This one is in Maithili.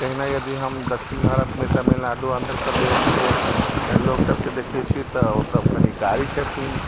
तहिना यदि हम दक्षिण भारतमे तमिलनाडू आन्ध्र प्रदेशके लोकसभके देखै छियै तऽ ओसभ कनि कारी छथिन